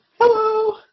Hello